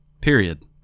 period